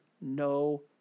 no